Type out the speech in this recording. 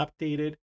updated